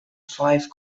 five